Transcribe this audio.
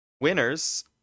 Winners